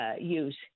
use